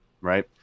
right